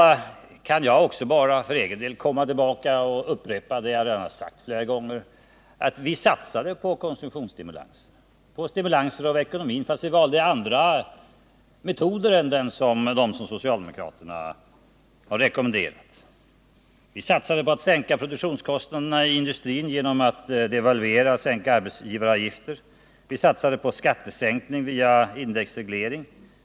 Jag kan för egen del bara komma tillbaka och upprepa vad jag redan har sagt flera gånger. Vi satsade på konsumtionsstimulanser, på stimulanser av ekonomin, fast vi valde andra metoder än dem som socialdemokraterna har rekommenderat. Vi satsade på att sänka produktionskostnaderna i industrin genom att devalvera och sänka arbetsgivaravgifterna. Vi satsade på skattesänkning via indexreglering.